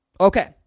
Okay